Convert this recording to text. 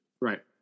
Right